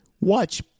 Watch